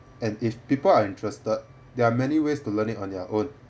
and if people are interested there are many ways to learn it on their own